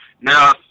now